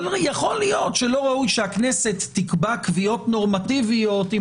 אבל יכול להיות שלא ראוי שהיא תקבע קביעות נורמטיביות אם